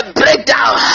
breakdown